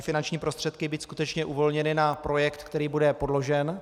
Finanční prostředky musí být skutečně uvolněny na projekt, který bude podložen.